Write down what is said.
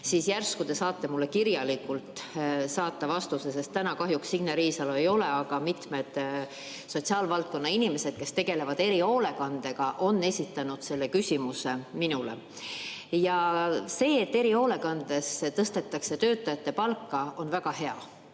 Järsku te saate mulle kirjalikult saata vastuse, sest täna kahjuks Signe Riisalo siin ei ole, aga mitmed sotsiaalvaldkonna inimesed, kes tegelevad erihoolekandega, on esitanud selle küsimuse minule. See, et erihoolekandes tõstetakse töötajate palka, on väga hea.